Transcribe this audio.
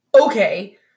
Okay